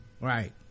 right